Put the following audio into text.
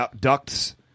ducts